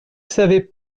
savez